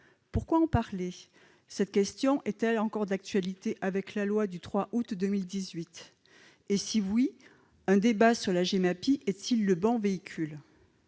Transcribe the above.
Pourquoi évoquer ce sujet ? Cette question est-elle encore d'actualité avec la loi du 3 août 2018 ? Si oui, un débat sur la Gemapi est-il le bon véhicule ?